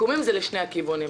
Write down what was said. סיכומים זה לשני הכיוונים.